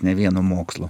ne vienu mokslu